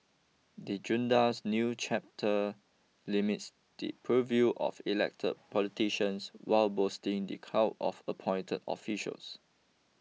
the junta's new charter limits the purview of elected politicians while boosting the clout of appointed officials